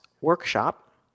workshop